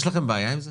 יש לכם בעיה עם זה?